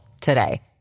today